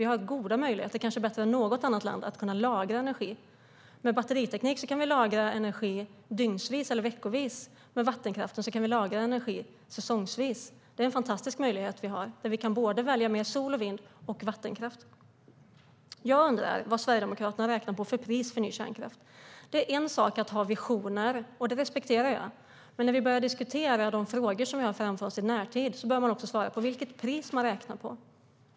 Vi har goda möjligheter, kanske bättre än något annat land, att lagra energi. Med batteriteknik kan vi lagra energi dygns eller veckovis. Med vattenkraften kan vi lagra energi säsongsvis. Det är en fantastisk möjlighet vi har att välja både mer sol och vind och vattenkraft. Jag undrar vad Sverigedemokraterna räknar på för pris för ny kärnkraft. Det är en sak att ha visioner, och det respekterar jag. Men när vi börjar diskutera de frågor som vi har framför oss i närtid bör man också svara på vilket pris man räknar på.